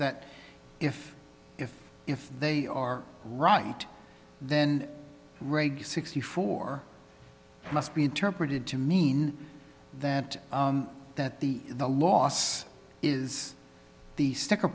that if if if they are right then reg sixty four must be interpreted to mean that that the loss is the sticker